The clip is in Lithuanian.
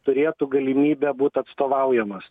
turėtų galimybę būt atstovaujamos